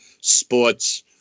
sports